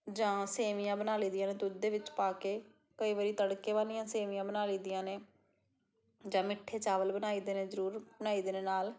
ਜਾਂ ਸੇਵੀਆਂ ਬਣਾ ਲਈ ਦੀਆਂ ਨੇ ਦੁੱਧ ਦੇ ਵਿੱਚ ਪਾ ਕੇ ਕਈ ਵਾਰੀ ਤੜਕੇ ਵਾਲੀਆਂ ਸੇਵੀਆਂ ਬਣਾ ਲਈ ਦੀਆਂ ਨੇ ਜਾਂ ਮਿੱਠੇ ਚਾਵਲ ਬਣਾਈ ਦੇ ਨੇ ਜ਼ਰੂਰ ਬਣਾਈ ਦੇ ਨੇ ਨਾਲ